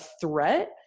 threat